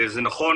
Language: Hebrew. זה נכון,